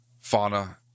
fauna